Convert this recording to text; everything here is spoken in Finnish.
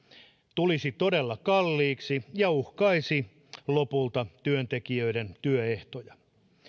tulisi todella kalliiksi ja uhkaisi lopulta työntekijöiden työehtoja